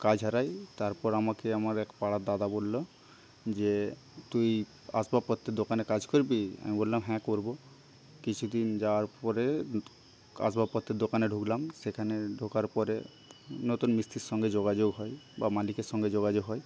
কাজ হারাই তারপর আমাকে আমার এক পাড়ার দাদা বলল যে তুই আসবাবপত্রের দোকানে কাজ করবি আমি বললাম হ্যাঁ করবো কিছুদিন যাওয়ার পরে আসবাবপত্রের দোকানে ঢুকলাম সেখানে ঢোকার পরে নতুন মিস্ত্রির সঙ্গে যোগাযোগ হয় বা মালিকের সঙ্গে যোগাযোগ হয়